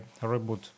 reboot